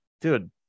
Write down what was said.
dude